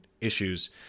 issues